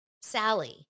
Sally